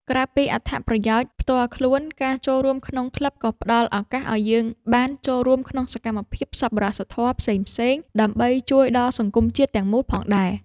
ក្រៅពីអត្ថប្រយោជន៍ផ្ទាល់ខ្លួន ការចូលរួមក្នុងក្លឹបក៏ផ្តល់ឱកាសឱ្យយើងបានចូលរួមក្នុងសកម្មភាពសប្បុរសធម៌ផ្សេងៗ ដើម្បីជួយដល់សង្គមជាតិទាំងមូលផងដែរ។